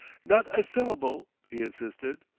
not a syllable, he insisted.